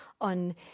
on